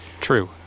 True